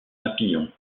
papillon